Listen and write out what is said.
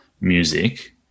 music